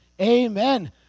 Amen